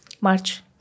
March